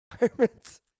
environments